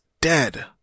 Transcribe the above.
dead